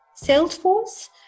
Salesforce